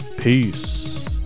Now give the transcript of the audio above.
Peace